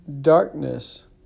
darkness